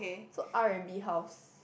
so R and B house